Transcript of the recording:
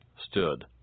stood